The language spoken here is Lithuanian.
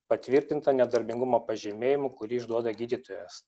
patvirtinta nedarbingumo pažymėjimu kurį išduoda gydytojas